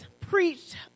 preached